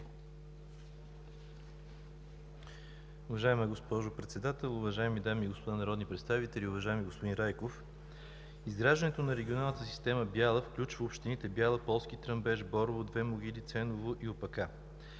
Уважаема госпожо Председател, уважаеми дами и господа народни представители! Уважаеми господин Райков, изграждането на регионалната система в Бяла включва общините Бяла, Полски Тръмбеш, Борово, Две могили, Ценово и Опака